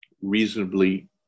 reasonably